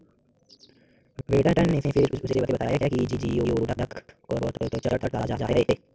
waiter ने फिर उसे बताया कि जिओडक एक्वाकल्चर ताजा है